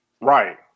right